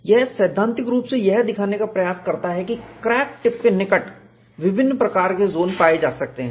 यह सैद्धांतिक रूप से यह दिखाने का प्रयास करता है कि क्रैक टिप के निकट विभिन्न प्रकार के जोन पाए जा सकते हैं